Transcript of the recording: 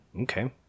Okay